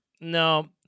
No